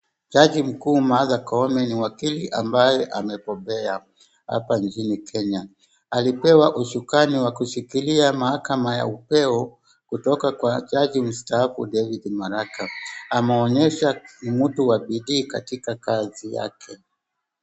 Jaji mkuu Martha Koome ni wakili ambaye amebobea hapa nchini Kenya, alipewa usukani wa kushikilia mahakama ya upeo kutoka kwa jaji mstaafu David Maraga, ameonyesha ni mtu wa bidii katika kazi yake.